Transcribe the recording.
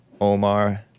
Omar